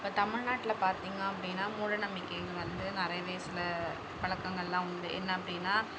இப்போ தமிழ்நாட்டில் பார்த்தீங்க அப்படின்னா மூட நம்பிக்கைகள் வந்து நிறையவே சில பழக்கங்கெல்லாம் உண்டு என்ன அப்படினா